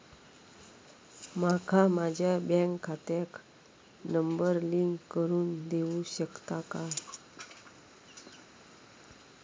माका माझ्या बँक खात्याक नंबर लिंक करून देऊ शकता काय?